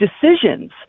decisions